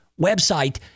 website